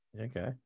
Okay